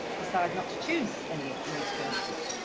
decided not to choose any of the musical entries.